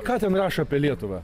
ką ten rašo apie lietuvą